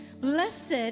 Blessed